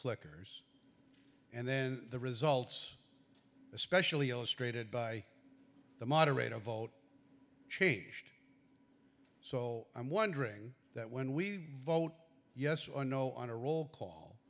clickers and then the results especially illustrated by the moderator vote changed so i'm wondering that when we vote yes or no on a roll call